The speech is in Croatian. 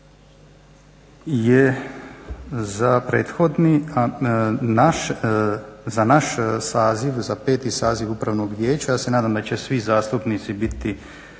Hvala